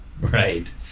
right